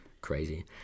Crazy